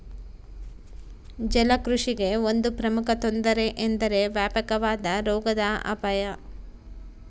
ಜಲಕೃಷಿಗೆ ಒಂದು ಪ್ರಮುಖ ತೊಂದರೆ ಎಂದರೆ ವ್ಯಾಪಕವಾದ ರೋಗದ ಅಪಾಯ